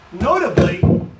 notably